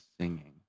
Singing